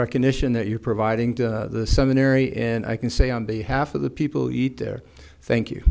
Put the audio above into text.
recognition that you're providing to the seminary in i can say on behalf of the people eat there thank you